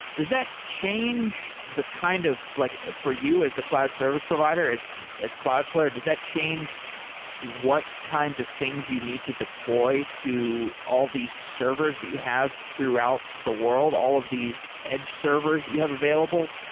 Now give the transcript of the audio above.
does that change the kind of like, for you as the cloud service provider, as as cloudflare, does that change what kinds of things you need to deploy to all these servers that you have throughout the world? all of these edge servers that you have available?